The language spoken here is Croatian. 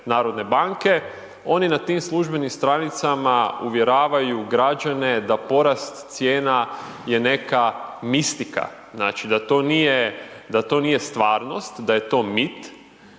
stranice HNB-a, oni na tim službenim stranicama uvjeravaju građane da porast cijena je neka mistika. Znači, da to nije stvarnost, da je to mit,